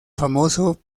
famoso